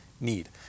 need